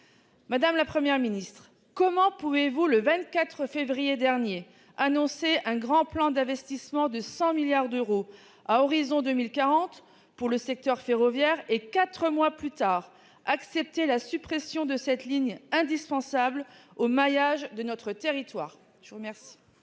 Madame la Première ministre, comment pouvez-vous annoncer, le 24 février dernier, un grand plan d'investissement de 100 milliards d'euros pour le secteur ferroviaire à l'horizon 2040 et, quatre mois plus tard, accepter la suppression de cette ligne indispensable au maillage de notre territoire ?